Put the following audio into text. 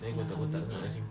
ya we need lah